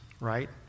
right